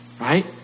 right